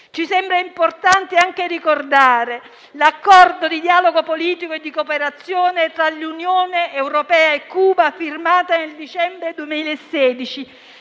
Ci sembra importante anche ricordare l'Accordo di dialogo politico e di cooperazione tra l'Unione europea e Cuba, firmato nel dicembre 2016,